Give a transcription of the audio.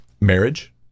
marriage